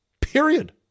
period